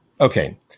Okay